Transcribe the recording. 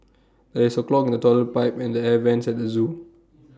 there is A clog in the Toilet Pipe and the air Vents at the Zoo